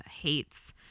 hates